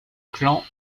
clan